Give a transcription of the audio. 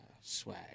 swag